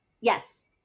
Yes